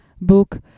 book